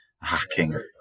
hacking